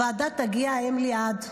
לוועדה תגיע האם ליעד,